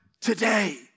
today